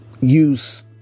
use